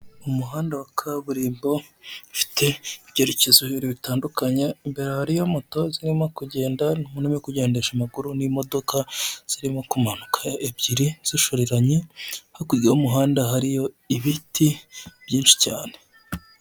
Umuhanda wa kaburimbo ufite ibyerekezo bibiri bitandukanye, imbere hariyo moto zirimo kugenda, n'umuntu urimo kugendsha amaguru, n'imodoka ziri kumanuka ebyiri zishoreranye, hakurya hariyo ibiti byinshi cyane.